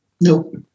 Nope